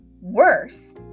worse